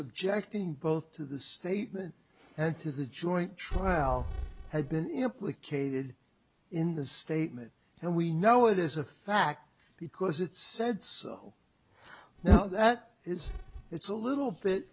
objecting both to the statement and to the joint trial had been implicated in the statement and we know it is a fact because it said so now that is it's a little bit